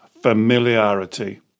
familiarity